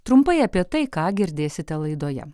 trumpai apie tai ką girdėsite laidoje